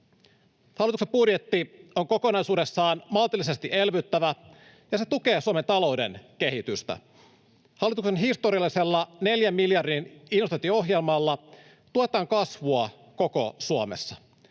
Hallituksen budjetti on kokonaisuudessaan maltillisesti elvyttävä, ja se tukee Suomen talouden kehitystä. Hallituksen historiallisella 4 miljardin investointiohjelmalla tuetaan kasvua koko Suomessa.